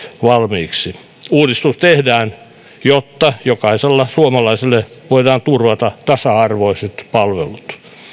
valmiiksi uudistus tehdään jotta jokaiselle suomalaiselle voidaan turvata tasa arvoiset palvelut